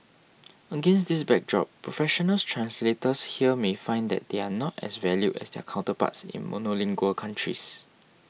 against this backdrop professional translators here may find that they are not as valued as their counterparts in monolingual countries